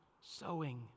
sowing